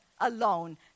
alone